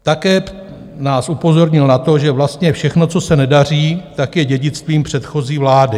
Také nás upozornil na to, že vlastně všechno, co se nedaří, je dědictvím předchozí vlády.